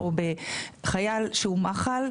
חייל שהוא מח"ל,